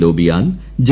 ലോബിയാൽ J